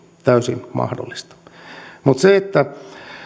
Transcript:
täysin mahdollista